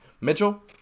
Mitchell